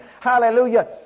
Hallelujah